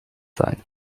sein